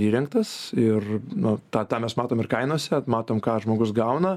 įrengtas ir nu tą tą mes matom ir kainose matom ką žmogus gauna